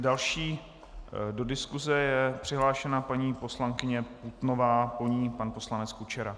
Další do diskuse je přihlášena paní poslankyně Putnová, po ní pan poslanec Kučera.